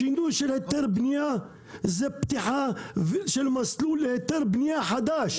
שינוי של היתר בנייה זאת פתיחה של מסלול להיתר חדש,